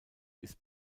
ist